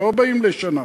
לא באים לשנה,